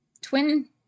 twin